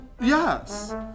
yes